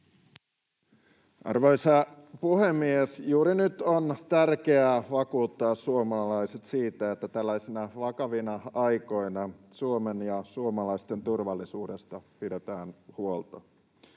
Arvoisa puhemies! Juuri nyt on tärkeää vakuuttaa suomalaiset siitä, että tällaisina vakavina aikoina Suomen ja suomalaisten turvallisuudesta pidetään huolta.